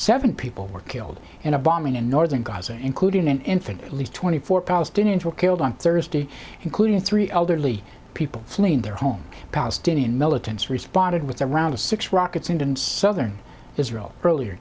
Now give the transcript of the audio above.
seven people were killed in a bombing in northern gaza including an infant at least twenty four palestinians were killed on thursday including three elderly people fleeing their homes palestinian militants responded with around six rockets into southern israel earlier